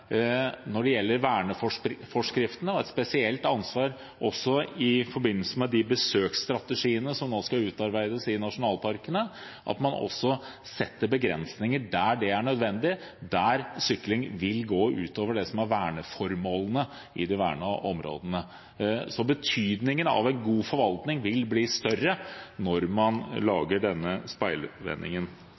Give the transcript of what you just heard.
og også et spesielt ansvar i forbindelse med de besøksstrategiene som nå skal utarbeides for nasjonalparkene – at man også setter begrensninger der det er nødvendig, der sykling vil gå ut over det som er verneformålene i de vernede områdene. Så betydningen av en god forvaltning vil bli større når man lager denne